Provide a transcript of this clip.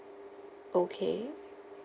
okay